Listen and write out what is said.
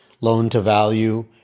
loan-to-value